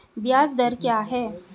ब्याज दर क्या है?